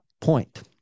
point